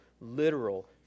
literal